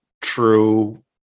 true